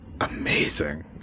amazing